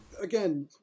Again